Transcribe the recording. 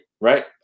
Right